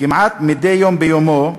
כמעט מדי יום ביומו,